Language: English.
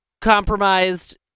compromised